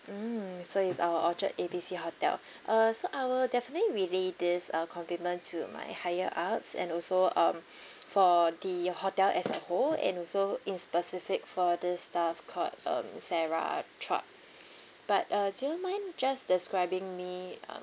mm so it's our orchard A B C hotel uh so I will definitely relay this uh compliment to my higher ups and also um for the hotel as a whole and also in specific for this staff called um sarah chua but uh do you mind just describing me um